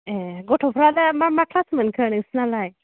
ए गथ'फ्रा दा मा मा क्लास मोनखो नोंसिनालाय